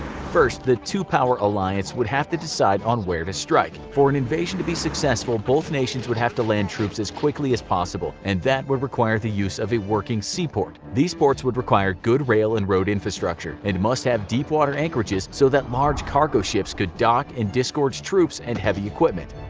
first, the two power alliance would have to decide on where to strike. for an invasion to be successful, both nations would have to land troops as quickly as possible, and that would require the use of a working seaport. these ports would require good rail and road infrastructure, and must have deep water anchorages so that large cargo ships could dock and disgorge troops and heavy equipment.